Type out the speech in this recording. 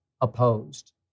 opposed